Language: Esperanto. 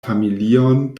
familion